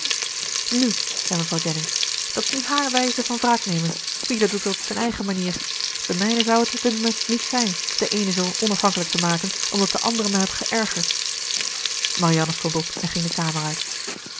nu zei mevrouw jennings dat is nu hààr wijze van wraaknemen ieder doet dat op zijn eigen manier de mijne zou het dunkt mij niet zijn den eenen zoon onafhankelijk te maken omdat de andere mij had geërgerd marianne stond op en ging de kamer uit